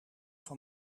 van